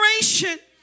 generation